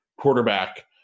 quarterback